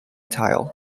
tile